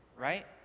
right